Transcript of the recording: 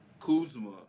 Kuzma